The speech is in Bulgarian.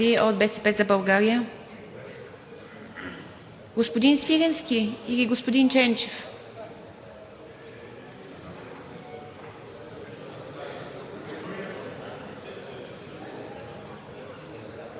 Благодаря Ви. От „БСП за България“ – господин Свиленски или господин Ченчев?